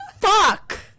Fuck